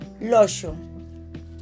Lotion